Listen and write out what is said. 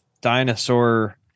dinosaur